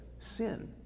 sin